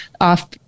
off